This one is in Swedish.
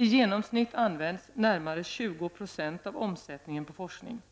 I genomsnitt används närmare 20 70 av omsättningen på forskning.